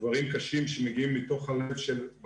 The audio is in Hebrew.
כמו אצל בני אדם,